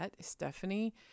Stephanie